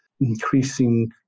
increasing